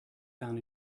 found